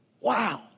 wow